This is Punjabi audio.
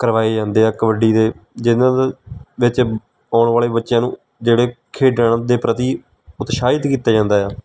ਕਰਵਾਏ ਜਾਂਦੇ ਆ ਕਬੱਡੀ ਦੇ ਜਿਹਨਾਂ ਦਾ ਵਿੱਚ ਆਉਣ ਵਾਲੇ ਬੱਚਿਆਂ ਨੂੰ ਜਿਹੜੇ ਖੇਡਾਂ ਦੇ ਪ੍ਰਤੀ ਉਤਸ਼ਾਹਿਤ ਕੀਤਾ ਜਾਂਦਾ ਆ